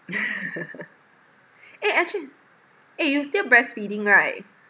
eh actual~ eh you still breastfeeding right